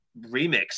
remix